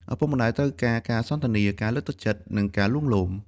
ឪពុកម្តាយត្រូវការការសន្ទនា ការលើកទឹកចិត្ត និងការលួងលោម។